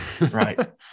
right